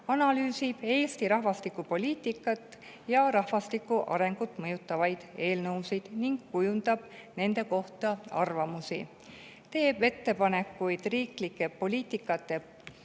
analüüsida Eesti rahvastikupoliitikat ja rahvastiku arengut mõjutavaid eelnõusid ning kujundada nende kohta arvamusi; teha ettepanekuid riiklike poliitikate